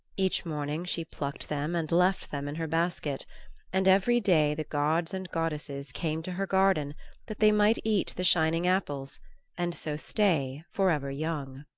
each morning she plucked them and left them in her basket and every day the gods and goddesses came to her garden that they might eat the shining apples and so stay for ever young.